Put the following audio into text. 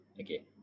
okay